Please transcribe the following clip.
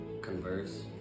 converse